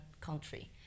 country